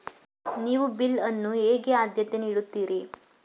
ನೀವು ಬಿಲ್ ಅನ್ನು ಹೇಗೆ ಆದ್ಯತೆ ನೀಡುತ್ತೀರಿ?